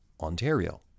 Ontario